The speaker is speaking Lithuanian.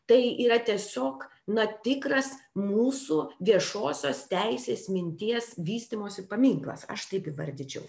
tai yra tiesiog na tikras mūsų viešosios teisės minties vystymosi paminklas aš taip įvardyčiau